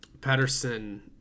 Patterson